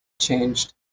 changed